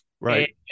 right